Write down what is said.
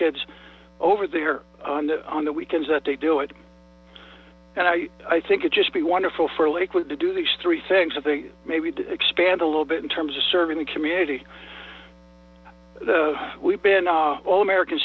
kids over there on the on the weekends that do it and i think it just be wonderful for lakewood to do these three things that they maybe expand a little bit in terms serving the community we've been all american